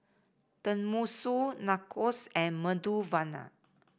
Tenmusu Nachos and Medu Vada